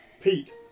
Pete